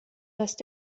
rest